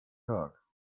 tag